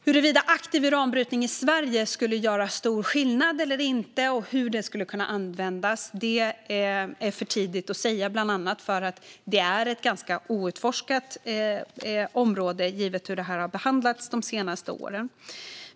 Huruvida aktiv uranbrytning i Sverige skulle göra stor skillnad eller inte och hur det skulle kunna användas är för tidigt att säga, bland annat för att det är ett ganska outforskat område, givet hur det har behandlats de senaste åren.